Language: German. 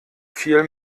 viel